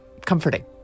comforting